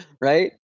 right